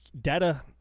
data